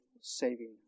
saving